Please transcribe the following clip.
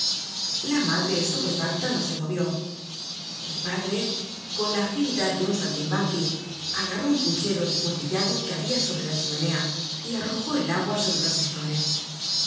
la madre estupefacta no se movió el padre con la agilidad de un saltimbanqui agarró un puchero desportillado que habia sobre la chimenea y arrojó el agua sobre los tizones